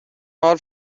حال